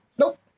nope